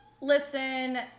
Listen